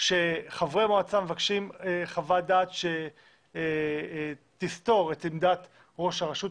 שחברי מועצה מבקשים חוות דעת שתסתור את עמדת ראש הרשות.